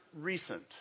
recent